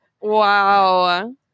Wow